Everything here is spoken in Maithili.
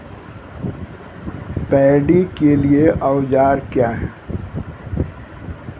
पैडी के लिए औजार क्या हैं?